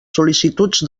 sol·licituds